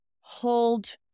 hold